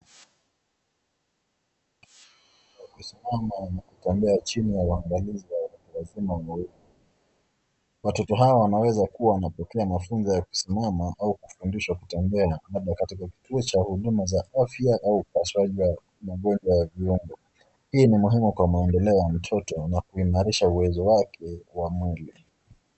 Watoto hawa wanaweza kuwa wanapokea mafunzo ya kusimama au kufundishwa kutembea labda katika kituo cha huduma za afya au upasuaji wa wagonjwa wa viungo. Hii ni muhimu kwa maendeleo ya mtoto na kuimarisha uwezo wake wa mwili.